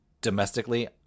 domestically